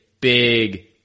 big